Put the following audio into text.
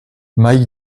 mike